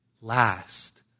last